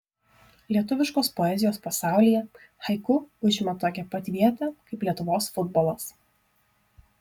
lietuviškos poezijos pasaulyje haiku užima tokią pat vietą kaip lietuvos futbolas